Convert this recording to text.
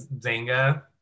Zanga